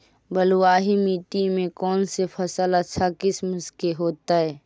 बलुआही मिट्टी में कौन से फसल अच्छा किस्म के होतै?